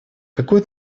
какое